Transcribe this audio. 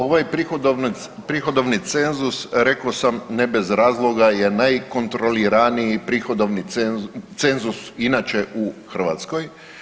Ovaj prihodovni cenzus rekao sam ne bez razloga je najkontroliraniji prihodovni cenzus inače u Hrvatskoj.